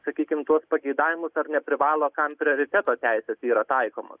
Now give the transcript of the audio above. sakykim tų pageidavimų ar neprivalo kam prioriteto teisės yra taikomos